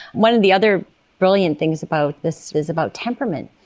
one of the other brilliant things about this is about temperament.